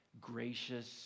gracious